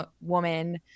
woman